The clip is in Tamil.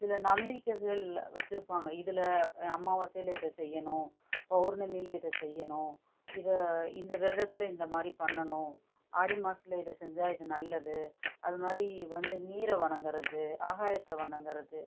சில நம்பிக்கைகள் வச்சு இருப்பாங்க இதில் அமாவாசையில் இதை செய்யணும் பௌர்ணமியில் இதை செய்யணும் இதை இந்த விரதத்தில் இந்தமாதிரி பண்ணனும் ஆடி மாசத்தில் இதை செஞ்சால் இது நல்லது அதேமாதிரி வந்து நீர் வணங்கிறது ஆகாயத்தை வணங்கிறது